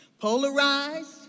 polarized